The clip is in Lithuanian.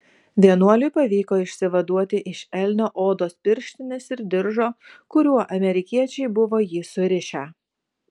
vienuoliui pavyko išsivaduoti iš elnio odos pirštinės ir diržo kuriuo amerikiečiai buvo jį surišę